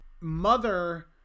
mother